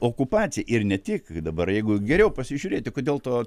okupacija ir ne tik dabar jeigu geriau pasižiūrėti kodėl to